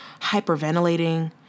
hyperventilating